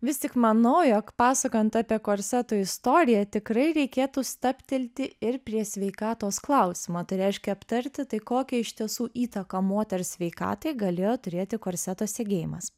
vis tik manau jog pasakojant apie korseto istoriją tikrai reikėtų stabtelti ir prie sveikatos klausimo tai reiškia aptarti tai kokią iš tiesų įtaką moters sveikatai galėjo turėti korseto segėjimas